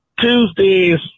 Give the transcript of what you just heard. Tuesdays